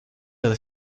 with